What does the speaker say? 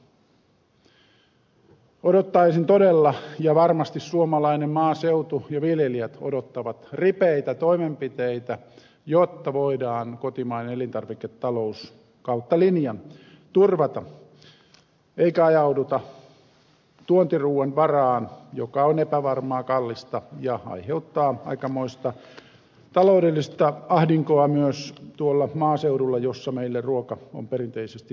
odottaisin todella ja varmasti suomalainen maaseutu ja viljelijät odottavat ripeitä toimenpiteitä jotta voidaan kotimainen elintarviketalous kautta linjan turvata eikä ajauduta tuontiruuan varaan joka on epävarmaa kallista ja aiheuttaa aikamoista taloudellista ahdinkoa myös tuolla maaseudulla jossa meille ruoka on perinteisesti tuotettu